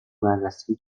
بررسی